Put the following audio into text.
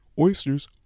Oysters